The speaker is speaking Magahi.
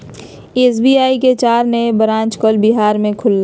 एस.बी.आई के चार नए ब्रांच कल बिहार में खुलय